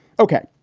ok,